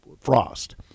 Frost